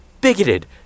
bigoted